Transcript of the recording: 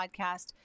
podcast